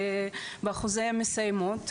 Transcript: באחוזי המסיימות,